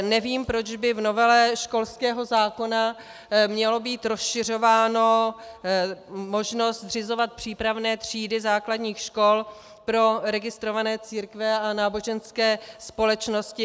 Nevím, proč by v novele školského zákona měla být rozšiřována možnost zřizovat přípravné třídy základních škol pro registrované církve a náboženské společnosti.